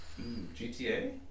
GTA